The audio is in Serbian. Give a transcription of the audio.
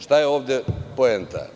Šta je ovde poenta?